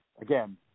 again